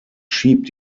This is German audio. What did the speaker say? schiebt